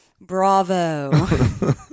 Bravo